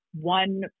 one